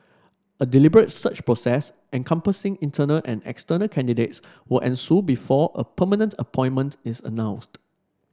a deliberate search process encompassing internal and external candidates will ensue before a permanent appointment is announced